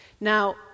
Now